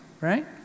right